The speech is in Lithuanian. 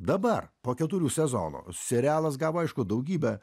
dabar po keturių sezonų serialas gavo aišku daugybę